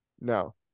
No